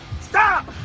Stop